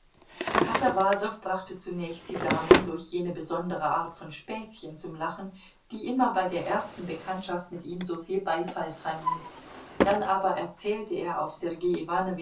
katawasow brachte zunächst die damen durch jene besondere art von späßchen zum lachen die immer bei der ersten bekanntschaft mit ihm soviel beifall fanden dann aber erzählte er auf sergei